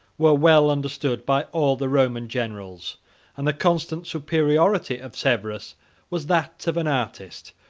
were well understood by all the roman generals and the constant superiority of severus was that of an artist,